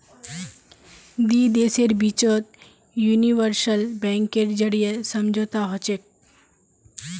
दी देशेर बिचत यूनिवर्सल बैंकेर जरीए समझौता हछेक